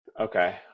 Okay